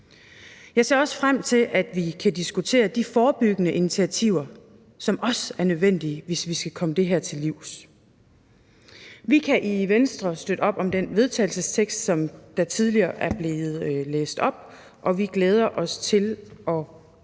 Jeg ser også frem til, at vi kan diskutere de forebyggende initiativer, som også er nødvendige, hvis vi skal komme det her til livs. Vi kan i Venstre støtte op om det forslag til vedtagelse, der tidligere er blevet læst op, og vi glæder os til at tage en